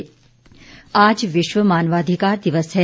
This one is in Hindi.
मानवाधिकार दिवस आज विश्व मानवाधिकार दिवस है